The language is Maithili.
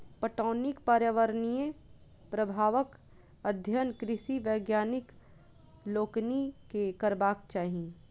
पटौनीक पर्यावरणीय प्रभावक अध्ययन कृषि वैज्ञानिक लोकनि के करबाक चाही